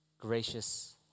Gracious